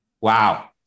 wow